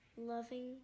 loving